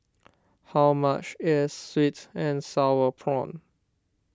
how much is Sweet and Sour Prawns